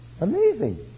Amazing